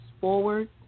forward